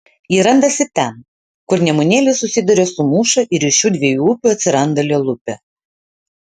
ji randasi ten kur nemunėlis susiduria su mūša ir iš šių dviejų upių atsiranda lielupė